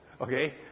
okay